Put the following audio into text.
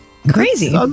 Crazy